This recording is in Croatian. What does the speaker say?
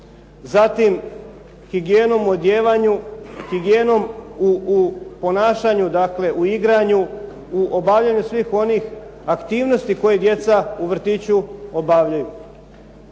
Zatim, higijenom u odijevanju, higijenom u ponašanju, dakle u igranju, u obavljanju svih onih aktivnosti koje djeca u vrtiću obavljaju.